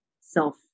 self